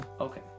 Okay